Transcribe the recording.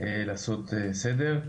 לעשות סדר.